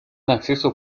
acceso